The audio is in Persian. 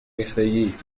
ریختگی